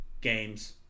games